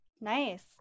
Nice